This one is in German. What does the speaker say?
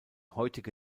heutige